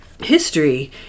history